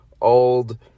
old